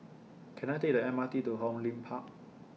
Can I Take The M R T to Hong Lim Park